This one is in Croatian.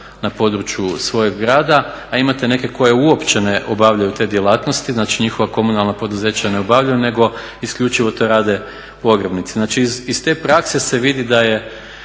na području svojeg grada a imate neke koje uopće ne obavljaju te djelatnosti, znači njihova komunalna poduzeća ne obavljaju nego isključivo to rade pogrebnici. Znači iz te prakse se vidi da je